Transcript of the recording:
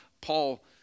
Paul